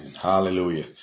Hallelujah